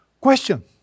Question